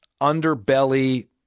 underbelly